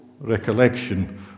recollection